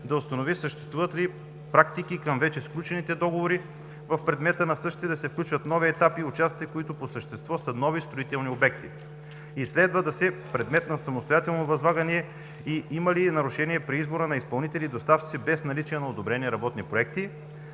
да установи съществуват ли практики към вече сключени договори в предмета на същите и да се включват нови етапи и участъци, които по същество са нови строителни обекти и следва да са предмет на самостоятелно възлагане и има ли нарушения при избора на подизпълнители и доставчици, без наличие на одобрени работни проекти.